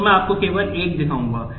तो मैं आपको केवल एक दिखाऊंगा